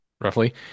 roughly